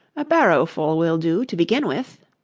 a barrowful will do, to begin with